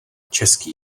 český